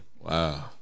Wow